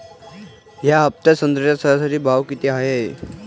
या हफ्त्यात संत्र्याचा सरासरी भाव किती हाये?